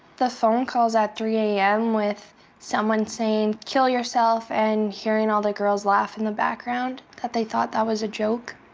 the phone calls at three zero am with someone saying kill yourself and hearing all the girls laugh in the background, that they thought that was a joke,